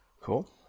Cool